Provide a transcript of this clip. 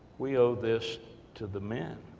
we owe this to the men.